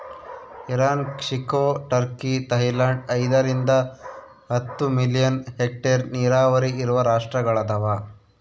Iran ಕ್ಸಿಕೊ Turkey Thailand ಐದರಿಂದ ಹತ್ತು ಮಿಲಿಯನ್ ಹೆಕ್ಟೇರ್ ನೀರಾವರಿ ಇರುವ ರಾಷ್ಟ್ರಗಳದವ